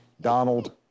Donald